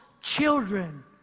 children